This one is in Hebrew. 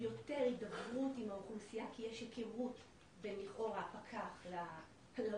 יותר הידברות עם האוכלוסייה כי יש היכרות בין לכאורה פקח לאוכלוסייה,